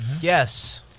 Yes